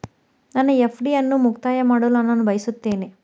ನನ್ನ ಎಫ್.ಡಿ ಅನ್ನು ಮುಕ್ತಾಯ ಮಾಡಲು ನಾನು ಬಯಸುತ್ತೇನೆ